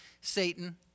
Satan